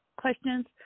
questions